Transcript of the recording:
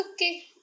okay